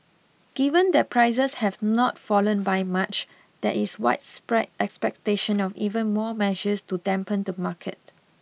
given that prices have not fallen by much there is widespread expectation of even more measures to dampen the market